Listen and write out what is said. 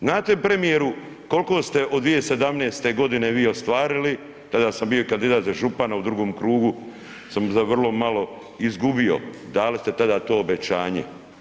Znate premijeru kolko ste od 2017.g. vi ostvarili, tada sam bio kandidat za župana u drugom krugu, samo sam vrlo malo izgubio, dali ste tada to obećanje.